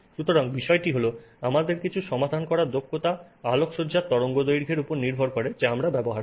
সুতরাং বিষয়টি হল আমাদের কিছু সমাধান করার দক্ষতা আলোকসজ্জার তরঙ্গদৈর্ঘ্যের উপর নির্ভর করে যা আমরা ব্যবহার করি